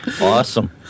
Awesome